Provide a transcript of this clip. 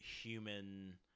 human